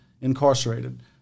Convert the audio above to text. incarcerated